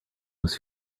was